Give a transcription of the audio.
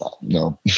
no